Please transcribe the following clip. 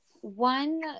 one